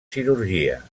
cirurgia